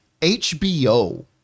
HBO